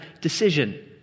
decision